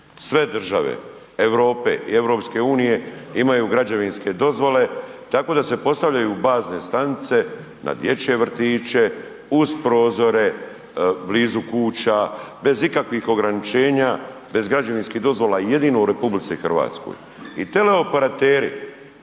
Sve države Europe i EU imaju građevinske dozvole tako da se postavljaju bazne stanice na dječje vrtiće, uz prozore blizu kuća bez ikakvih ograničenja, bez građevinskih dozvola jedino u RH. I teleoperateri